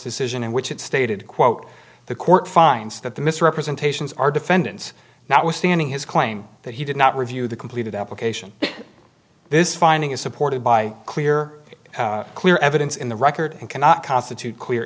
decision in which it stated quote the court finds that the misrepresentations are defendant's now withstanding his claim that he did not review the completed application this finding is supported by clear clear evidence in the record and cannot constitute clear